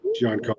John